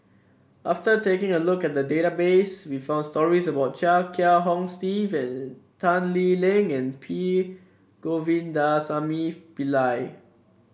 after taking a look at the database we found stories about Chia Kiah Hong Steve Tan Lee Leng and P Govindasamy Pillai